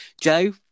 Joe